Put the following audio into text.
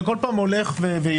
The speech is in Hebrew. זה כל פעם הולך ויורד,